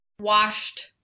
Washed